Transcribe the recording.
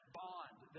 bond